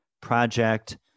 project